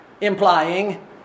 implying